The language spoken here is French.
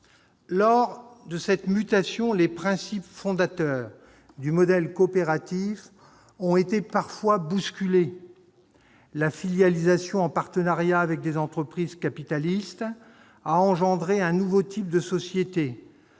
cours de cette mutation, les principes fondateurs du modèle coopératif ont parfois été bousculés. La filialisation, en partenariat avec des entreprises capitalistes, a engendré un nouveau type de sociétés,